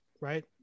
right